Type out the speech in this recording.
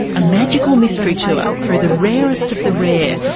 a magical mystery tour through the rarest of the rare.